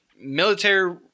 military –